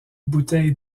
bouteille